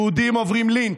יהודים עוברים לינץ',